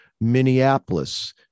Minneapolis